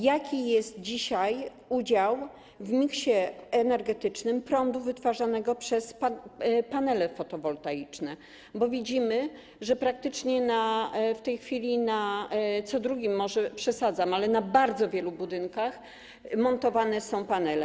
Jaki jest dzisiaj udział w miksie energetycznym prądu wytwarzanego przez panele fotowoltaiczne, bo widzimy, że praktycznie w tej chwili na co drugim - może przesadzam - ale na bardzo wielu budynkach montowane są panele?